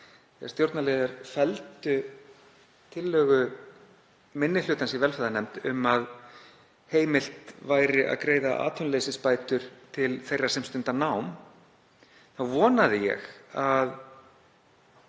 hér í dag, felldu tillögu minni hlutans í velferðarnefnd um að heimilt væri að greiða atvinnuleysisbætur til þeirra sem stunda nám, þá vonaði ég að